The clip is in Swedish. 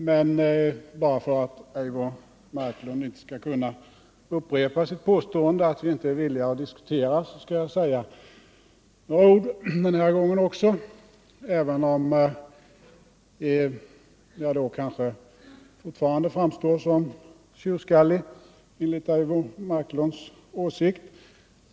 Men för att Eivor Marklund inte skall kunna upprepa sitt påstående att vi inte är villiga att diskutera skall jag säga några ord också denna gång, även om jag riskerar att återigen framstå som tjurskallig, för att använda Eivor Marklunds ord.